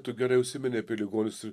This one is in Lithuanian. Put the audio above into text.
tu gerai užsimeni apie ligonius ir